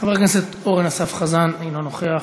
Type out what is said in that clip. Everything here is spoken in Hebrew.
חבר הכנסת אורן אסף חזן, אינו נוכח.